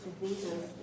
diseases